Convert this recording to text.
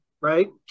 right